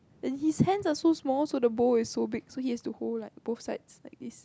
and his hands are so small so the bowl is so big so he has to hold like both sides like this